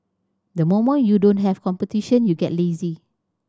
the moment you don't have competition you get lazy